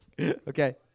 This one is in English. Okay